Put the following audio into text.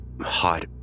hot